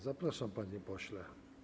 Zapraszam, panie pośle.